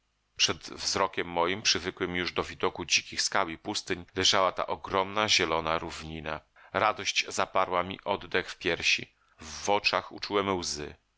przed wzrokiem moim przywykłym już do widoku dzikich skał i pustyń leżała ta ogromna zielona równina radość zaparła mi oddech w piersi w oczach uczułem łzy